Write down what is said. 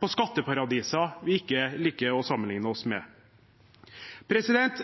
på skatteparadiser vi ikke liker å sammenligne oss med.